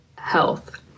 health